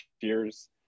cheers